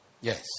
yes